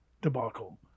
debacle